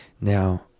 Now